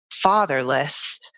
Fatherless